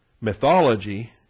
mythology